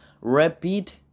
repeat